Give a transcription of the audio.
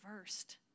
first